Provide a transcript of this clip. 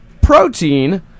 Protein